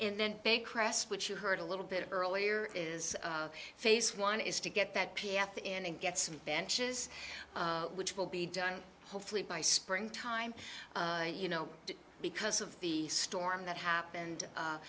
and then they crest which you heard a little bit earlier is phase one is to get that p f in and get some benches which will be done hopefully by spring time you know because of the storm that happened